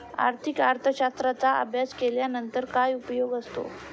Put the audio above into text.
आर्थिक अर्थशास्त्राचा अभ्यास केल्यानंतर काय उपयोग असतो?